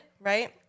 right